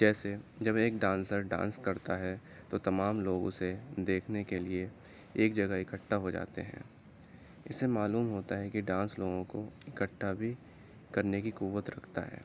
جیسے جب ایک ڈانسر ڈانس کرتا ہے تو تمام لوگ اسے دیکھنے کے لیے ایک جگہ اکھٹا ہو جاتے ہیں اس سے معلوم ہوتا ہے کہ ڈانس لوگوں کو اکٹھا بھی کرنے کی قوت رکھتا ہے